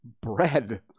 bread